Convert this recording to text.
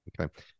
Okay